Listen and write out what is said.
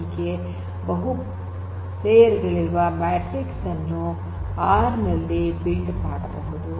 ಹೀಗೆ ಬಹು ಲೇಯರ್ ಗಳಿರುವ ಮ್ಯಾಟ್ರಿಕ್ಸ್ ಅನ್ನು ಆರ್ ನಲ್ಲಿ ಬಿಲ್ಡ್ ಮಾಡಬಹುದು